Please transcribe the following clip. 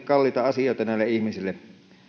kalliita asioita näille ihmisille